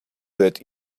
that